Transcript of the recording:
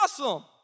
awesome